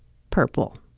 purple.